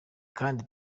kandi